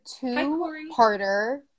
two-parter